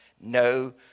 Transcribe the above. No